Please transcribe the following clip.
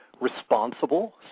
responsible